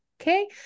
okay